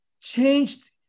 changed